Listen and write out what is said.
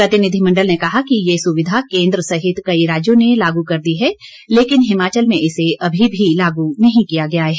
प्रतिनिधिमंडल ने कहा कि ये सुविधा कोन्द्र सहित कई राज्यों ने लागू कर दी है लेकिन हिमाचल में इसे अभी भी लागू नहीं किया गया है